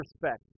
respect